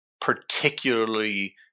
particularly